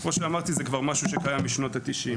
כמו שאמרתי, זה כבר משהו שקיים משנות ה-90.